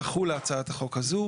תחול הצעת החוק הזו.